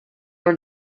were